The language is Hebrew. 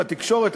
התקשורת,